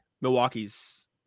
Milwaukee's